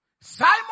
Simon